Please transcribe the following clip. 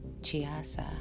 Chiasa